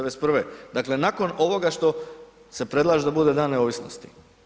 91., dakle nakon ovoga što se predlaže da bude Dan neovisnosti.